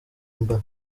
mba